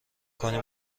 کنی